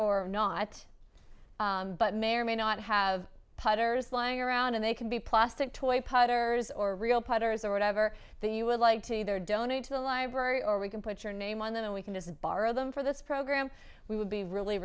or not but may or may not have putters lying around and they can be plastic toy potters or real potters or whatever you would like to either donate to the library or we can put your name on them and we can just borrow them for this program we would be really